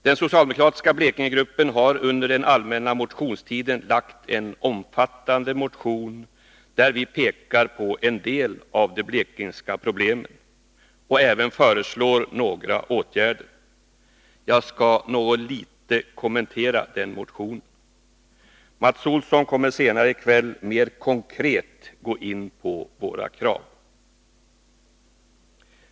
Den socialdemokratiska Blekingegruppen har under den allmänna motionstiden väckt en omfattande motion där vi pekar på en del av de blekingska problemen och även föreslår några åtgärder. Jag skall något kommentera den motionen. Mats Olsson kommer senare i kväll att mera konkret gå in på våra krav.